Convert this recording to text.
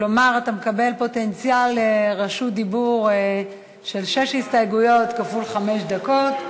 כלומר אתה מקבל פוטנציאל לרשות דיבור של שש הסתייגויות כפול חמש דקות.